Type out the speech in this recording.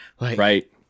Right